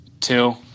two